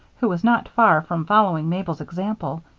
who was not far from following mabel's example.